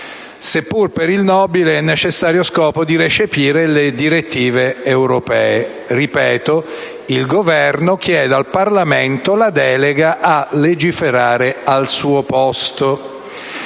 seppure per il nobile e necessario scopo di recepire le direttive europee. Ripeto: il Governo chiede al Parlamento la delega a legiferare al suo posto.